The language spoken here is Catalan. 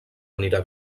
anirà